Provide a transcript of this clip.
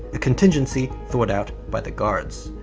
a contingency thought out by the guards.